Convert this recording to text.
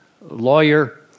lawyer